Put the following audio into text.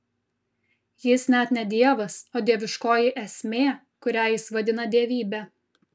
jis net ne dievas o dieviškoji esmė kurią jis vadina dievybe